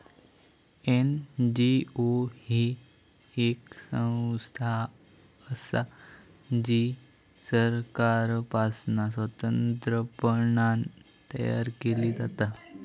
NGO ही येक संस्था असा जी सरकारपासना स्वतंत्रपणान तयार केली जाता